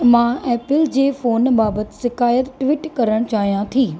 मां एप्पल जे फोन बाबति शिकायत ट्विट करणु चाहियां थी